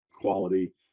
quality